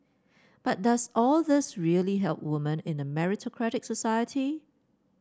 but does all this really help woman in a meritocratic society